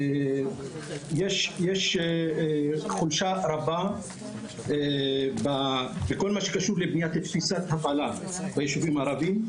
שיש חולשה רבה בכל מה שקשור לבניית תפיסת הפעלה ביישובים הערביים.